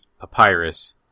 papyrus